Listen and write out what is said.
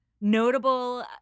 Notable